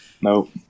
Nope